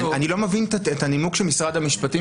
אני לא מבין את הנימוק של משרד המשפטים